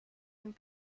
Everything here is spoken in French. nous